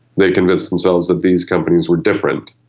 they convinced themselves that these companies were different,